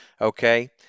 okay